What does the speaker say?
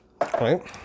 right